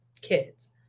kids